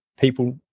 people